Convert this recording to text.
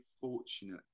fortunate